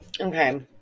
Okay